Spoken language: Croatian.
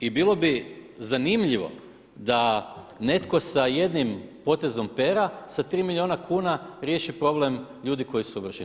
I bilo bi zanimljivo da netko sa jednim potezom pera sa 3 milijuna kuna riješi problem ljudi koji su ovršeni.